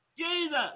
Jesus